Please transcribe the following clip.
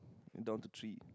down to three